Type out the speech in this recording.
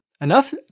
enough